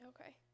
Okay